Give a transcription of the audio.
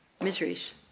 miseries